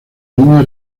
línea